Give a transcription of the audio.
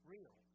Real